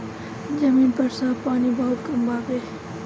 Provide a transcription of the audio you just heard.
जमीन पर साफ पानी बहुत कम बावे